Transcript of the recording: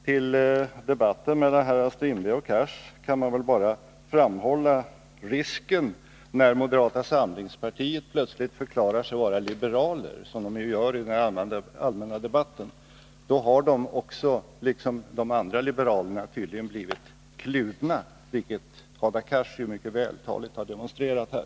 Till debatten mellan herrar Strindberg och Cars kan man väl bara framhålla risken när moderata samlingspartiets företrädare förklarar sig vara liberaler, som de ju gör i den allmänna debatten. Då har de också — liksom de andra liberalerna — tydligen blivit kluvna, vilket Hadar Cars mycket vältaligt demonstrerat här.